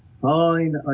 Fine